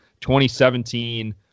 2017